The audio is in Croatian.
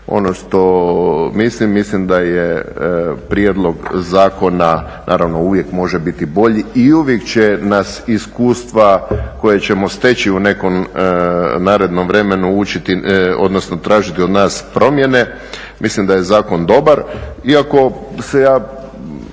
Ono što mislim, mislim da je prijedlog zakona, naravno uvijek može biti bolji i uvijek će nas iskustva koja ćemo steći u nekom narednom vremenu učiti, odnosno tražiti od nas promjene. Mislim da je zakon dobar. Iako se ja